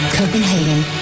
Copenhagen